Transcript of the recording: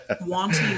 wanting